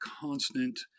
constant